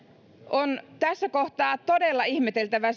on tässä kohtaa todella ihmeteltävä